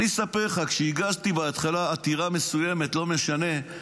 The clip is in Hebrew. אספר לך, כשהגשתי בהתחלה עתירה מסוימת, לא משנה,